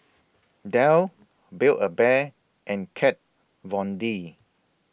Dell Build A Bear and Kat Von D